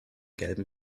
gelben